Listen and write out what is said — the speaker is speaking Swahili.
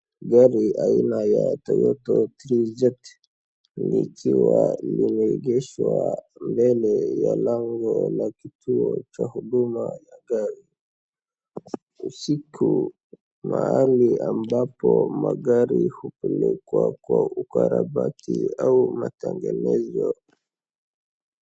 Gari aina ya Toyota 3JZ likiwa limeegeshwa mbele ya lango la kituo cha huduma ya gari. Usiku, mahali ambapo magari hukwepewa kwa ukarabati au matengenezo.